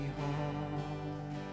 home